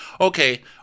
Okay